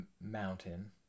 mountain